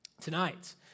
Tonight